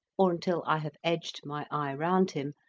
or until i have edged my eye round him,